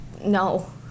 no